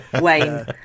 Wayne